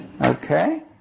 Okay